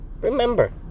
remember